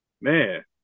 man